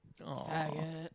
Faggot